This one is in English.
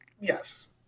Yes